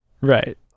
right